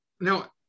Now